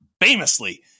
Famously